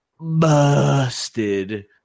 busted